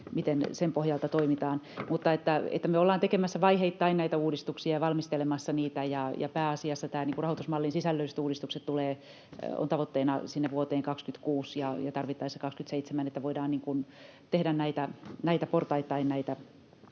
miten sen pohjalta toimitaan. Me olemme tekemässä vaiheittain näitä uudistuksia ja valmistelemassa niitä, ja pääasiassa nämä rahoitusmallin sisällölliset uudistukset ovat tavoitteena sinne vuoteen 26 ja tarvittaessa vuoteen 27. Eli voidaan tehdä portaittain